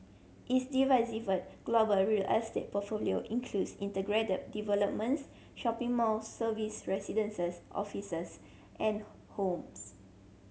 its diversified global real estate portfolio includes integrated developments shopping malls serviced residences offices and homes